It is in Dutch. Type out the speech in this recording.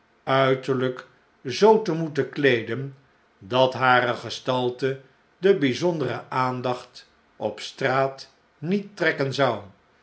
uiterljjk zoo te moeten kleeden dat hare gestalte de bjjzondere aandacht op straat niet trekken zou